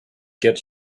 get